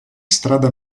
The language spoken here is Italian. strada